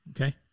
Okay